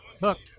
hooked